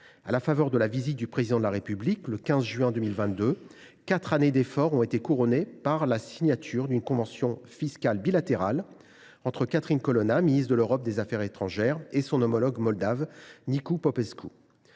À la faveur de la visite du Président de la République, le 15 juin 2022, quatre années d’efforts ont été couronnées par la signature d’une convention fiscale bilatérale entre Catherine Colonna, ministre de l’Europe et des affaires étrangères, et son homologue moldave, Nicu Popescu.